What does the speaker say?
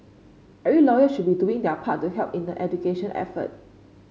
every lawyer should be doing their part to help in the education effort